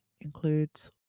includes